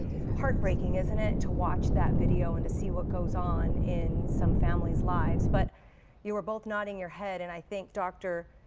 heartbreaking isn't it to watch that video and to see what goes on in some family's lives, but you are both noting your head and i think dr.